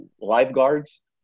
lifeguards